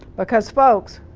because, folks,